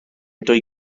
dwy